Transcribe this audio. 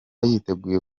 yiteguye